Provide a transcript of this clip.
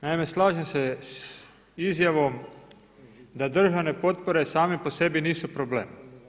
Naime, slažem se s izjavom da državne potpore same p o sebi nisu problem.